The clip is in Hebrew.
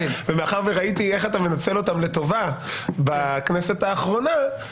ומאחר שראיתי איך אתה מנצל אותם לטובה בכנסת האחרונה,